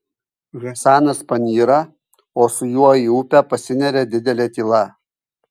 hasanas panyra o su juo į upę pasineria didelė tyla